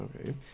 Okay